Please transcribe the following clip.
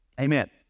Amen